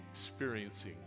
experiencing